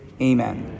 Amen